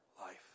life